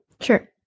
Sure